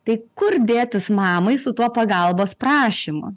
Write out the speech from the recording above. tai kur dėtis mamai su tuo pagalbos prašymu